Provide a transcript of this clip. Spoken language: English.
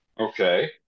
Okay